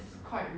ya